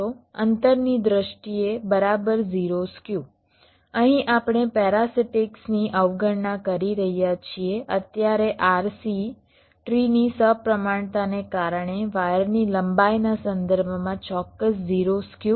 અંતરની દ્રષ્ટિએ બરાબર 0 સ્ક્યુ અહીં આપણે પેરાસિટીક્સની અવગણના કરી રહ્યા છીએ અત્યારે RC ટ્રીની સપ્રમાણતાને કારણે વાયરની લંબાઈના સંદર્ભમાં ચોક્કસ 0 સ્ક્યુ